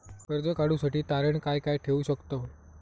कर्ज काढूसाठी तारण काय काय ठेवू शकतव?